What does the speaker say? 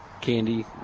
candy